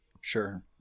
Sure